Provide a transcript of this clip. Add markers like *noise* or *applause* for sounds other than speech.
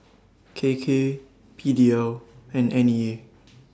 K K P D L and N E A *noise*